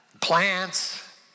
plants